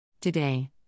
Today